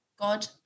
God